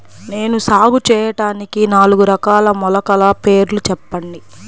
నేను సాగు చేయటానికి నాలుగు రకాల మొలకల పేర్లు చెప్పండి?